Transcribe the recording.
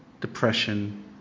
depression